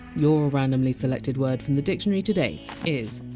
your randomly selected word from the dictionary today is!